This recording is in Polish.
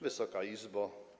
Wysoka Izbo!